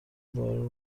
بارون